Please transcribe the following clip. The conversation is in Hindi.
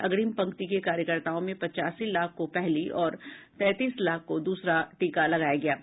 अग्रिम पंक्ति के कार्यकर्ताओं में पचासी लाख को पहली और तैंतीस लाख को दूसरा टीका लगाया गया है